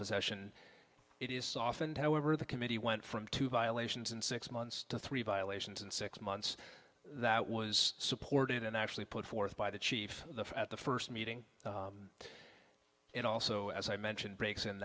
possession it is softened however the committee went from two violations in six months to three violations in six months that was supported and actually put forth by the chief at the first meeting and also as i mentioned breaks in